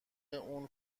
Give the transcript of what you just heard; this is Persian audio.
اون